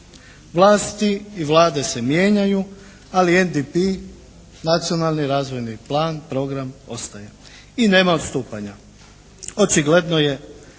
Vlasti i vlade se mijenjaju, ali NDP, Nacionalni razvojni plan, program, ostaje. I nema odstupanja. Očigledno je